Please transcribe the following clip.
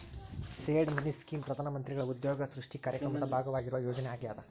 seed money scheme ಪ್ರಧಾನ ಮಂತ್ರಿಗಳ ಉದ್ಯೋಗ ಸೃಷ್ಟಿ ಕಾರ್ಯಕ್ರಮದ ಭಾಗವಾಗಿರುವ ಯೋಜನೆ ಆಗ್ಯಾದ